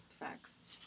Facts